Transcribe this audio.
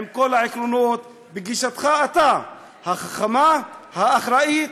עם כל העקרונות, וגישתך שלך, החכמה, האחראית,